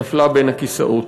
שנפלה בין הכיסאות.